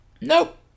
Nope